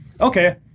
okay